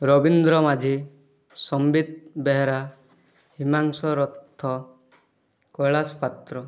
Rabindra Majhi Sambit Behera Himanshu Rath Kailash Patra